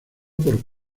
por